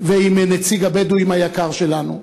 ועם נציג הבדואים היקר שלנו,